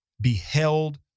beheld